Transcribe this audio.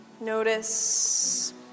notice